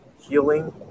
Healing